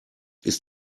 ist